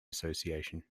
association